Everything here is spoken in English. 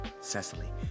Cecily